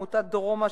עמותת "דרומה",